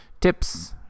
tips